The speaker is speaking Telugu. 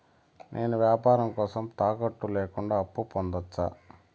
నేను వ్యాపారం కోసం తాకట్టు లేకుండా అప్పు పొందొచ్చా?